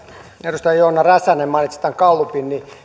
edustaja joona räsänen mainitsi tämän gallupin niin